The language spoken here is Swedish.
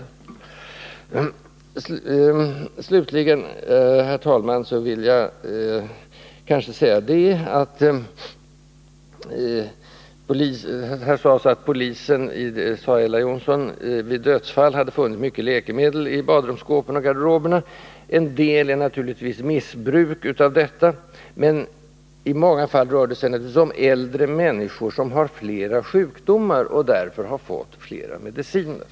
Till sist, herr talman, vill jag anknyta till det Ella Johnsson sade om att polisen i samband med dödsfall hade funnit mycket läkemedel i badrumsskåp och garderober. En del av detta kan naturligtvis hänföras till missbruk, men i många fall rör det sig om äldre människor som haft flera sjukdomar och som därför har fått flera olika mediciner.